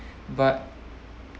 but